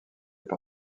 par